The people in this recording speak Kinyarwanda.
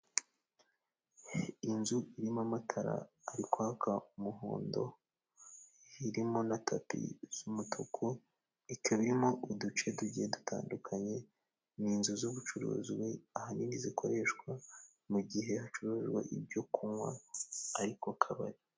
Inzu irimo amatara ari kwaka umuhondo, irimo na tapi z'umutuku, ikaba irimo uduce tugiye dutandukanye, ni inzu z'ubucuruzi ahanini zikoreshwa mu gihe hacuruzwa ibyo kunywa ari ku kabari.